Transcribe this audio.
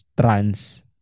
trans